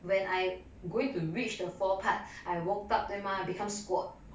when I going to reach the fall part I woke up 对吗 become squat